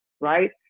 right